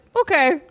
okay